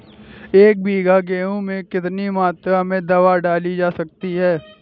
एक बीघा गेहूँ में कितनी मात्रा में दवा डाली जा सकती है?